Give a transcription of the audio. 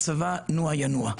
הצבא נוע ינוע.